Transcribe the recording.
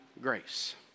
grace